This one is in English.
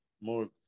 more